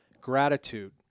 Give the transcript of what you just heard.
gratitude